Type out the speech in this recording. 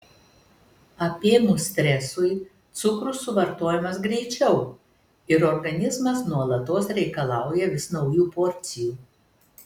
apėmus stresui cukrus suvartojamas greičiau ir organizmas nuolatos reikalauja vis naujų porcijų